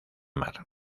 mar